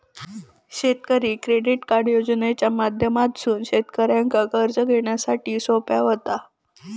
शेतकरी credit card योजनेच्या माध्यमातसून शेतकऱ्यांका कर्ज घेण्यासाठी सोप्या व्हता